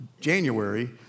January